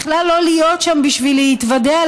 בכלל לא להיות שם בשביל להתוודע,